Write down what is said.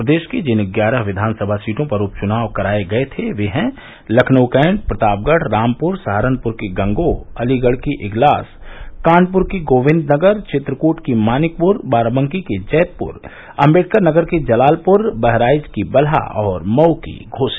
प्रदेश की जिन ग्यारह विधानसभा सीटों पर उप चुनाव कराए गए थे वे हैं लखनऊ कैन्ट प्रतापगढ़ रामपुर सहारनपुर की गंगोह अलीगढ़ की इगलास कानपुर की गोविन्दनगर चित्रकृट की मानिकपुर बाराबंकी की जैदपुर अम्बेडकरनगर की जलालपुर बहराइच की बलहा और मऊ की घोसी